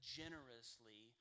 generously